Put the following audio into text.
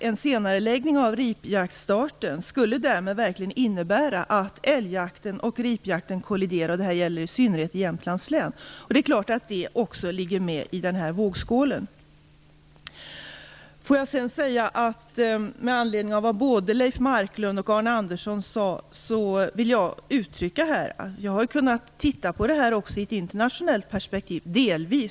En senareläggning av ripjaktsstarten skulle därmed verkligen innebära att älgjakten och ripjakten kolliderade. I synnerhet gäller detta Jämtlands län. Det är klart att det också ligger med i vågskålen. Sedan vill jag säga någonting med anledning av vad både Leif Marklund och Arne Andersson sade. Jag har delvis kunnat titta på detta också i ett internationellt perspektiv.